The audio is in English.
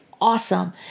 awesome